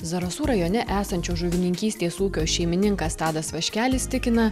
zarasų rajone esančio žuvininkystės ūkio šeimininkas tadas vaškelis tikina